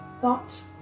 thought